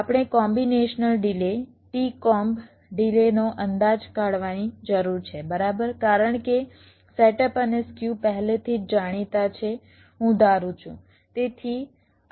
આપણે combinational delay t comb ડિલેનો અંદાજ કાઢવાની જરૂર છેબરાબર કારણ કે સેટઅપ અને સ્ક્યુ પહેલેથી જ જાણીતા છે હું ધારું છું